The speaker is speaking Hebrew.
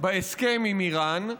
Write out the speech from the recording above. בהסכם עם איראן,